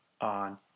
on